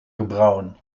gebrouwen